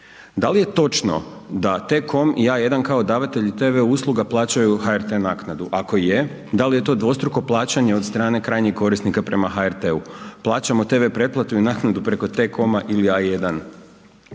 Da li je točno da Tcom i A1 kao davatelji tv usluga plaćaju HRT naknadu, ako je da li je to dvostruko plaćanje od strane krajnjih korisnika prema HRT-u? Plaćamo tv pretplatu i naknadu preko Tcom-a ili A1.